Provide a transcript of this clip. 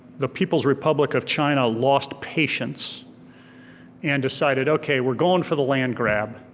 the people's republic of china lost patience and decided okay, we're going for the land grab,